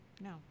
No